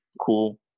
cool